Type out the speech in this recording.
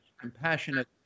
compassionate